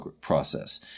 process